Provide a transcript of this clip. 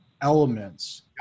elements